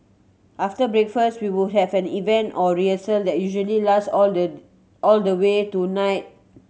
after breakfast we would have an event or rehearsal that usually lasts all the all the way to night